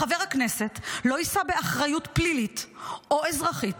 "חבר הכנסת לא יישא באחריות פלילית או אזרחית,